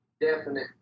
definite